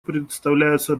представляются